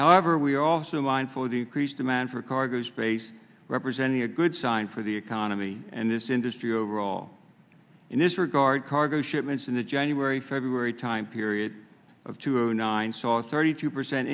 however we are also mindful of the increased demand for cargo space representing a good sign for the economy and this industry overall in this regard cargo shipments in the january february time period of two and nine saw a thirty two percent